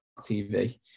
TV